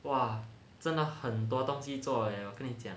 !wah! 真的很多东西做 leh 我跟你讲